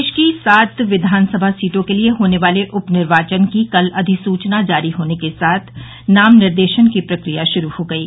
प्रदेश में सात विधानसभा सीटों के लिये होने वाले उप निर्वाचन की कल अधिसुचना जारी होने के साथ ही नाम निर्देशन की प्रकिया शुरू हो गयी